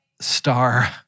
star